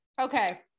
Okay